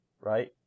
right